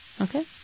Okay